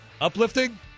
Uplifting